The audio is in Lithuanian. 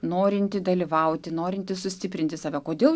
norinti dalyvauti norinti sustiprinti save kodėl